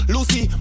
Lucy